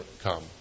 come